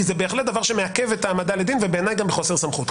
כי זה בהחלט דבר שמעכב את ההעמדה לדין ובעיני גם בחוסר סמכות.